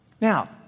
Now